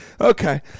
okay